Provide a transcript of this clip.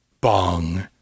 Bong